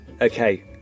okay